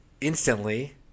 instantly